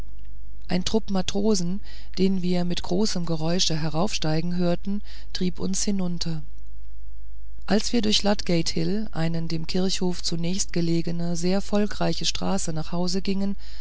ein trupp matrosen den wir mit großem geräusche heraufsteigen hörten trieb uns hinunter wie wir durch ludgate hill eine dem kirchhof zunächst gelegene sehr volkreiche straße nach hause gingen